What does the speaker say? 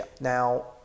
Now